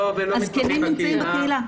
הזקנים נמצאים בקהילה.